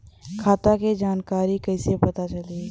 खाता के जानकारी कइसे पता चली?